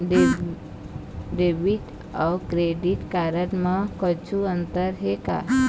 Debit अऊ credit card म कुछू अंतर हे का?